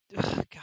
god